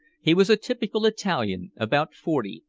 he was a typical italian, about forty,